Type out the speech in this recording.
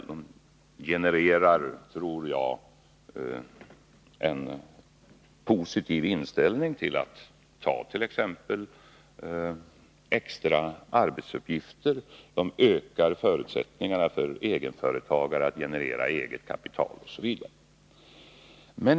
De genererar, tror jag, en positiv inställning till att t.ex. ta extra arbetsuppgifter. De ökar förutsättningarna för egenföretagare att generera eget kapital Osv.